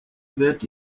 wird